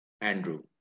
Andrew